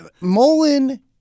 mullen